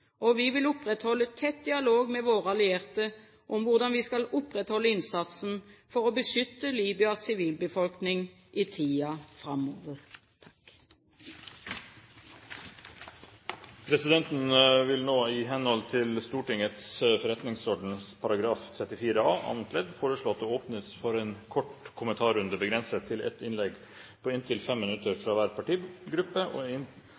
Vi vil opprettholde tett dialog med våre allierte om hvordan vi skal opprettholde innsatsen for å beskytte Libyas sivilbefolkning i tiden framover. Presidenten vil nå, i henhold til Stortingets forretningsorden § 34 a annet ledd, foreslå at det åpnes for en kort kommentarrunde, begrenset til ett innlegg på inntil 5 minutter fra hver partigruppe og